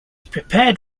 prepared